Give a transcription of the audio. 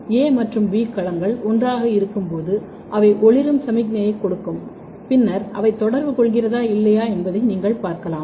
a மற்றும் b களங்கள் ஒன்றாக இருக்கும்போது அவை ஒளிரும் சமிக்ஞையை கொடுக்கும் பின்னர் அவை தொடர்பு கொள்கிறதா இல்லையா என்பதை நீங்கள் பார்க்கலாம்